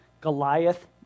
Goliath